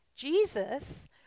Jesus